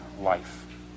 life